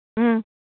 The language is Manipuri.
ꯎꯝ